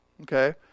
Okay